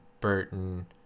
Burton